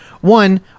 One